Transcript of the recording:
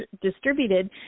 distributed